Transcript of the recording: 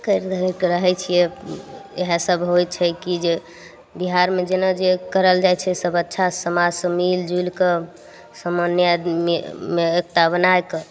करय धरयके रहय छियै इएह सब होइ छै कि जे बिहारमे जेना जे करल जाइ छै सब अच्छा समाजसँ मिलि जुलिके समन्वय एकता बनाके